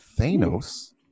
Thanos